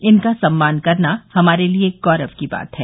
इनका सम्मान करना हमारे लिये गौरव की बात है